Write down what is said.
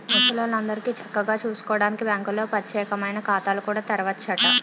ముసలాల్లందరికీ చక్కగా సూసుకోడానికి బాంకుల్లో పచ్చేకమైన ఖాతాలు కూడా తెరవచ్చునట